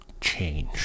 change